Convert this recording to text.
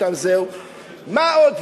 מה עוד?